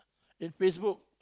in Facebook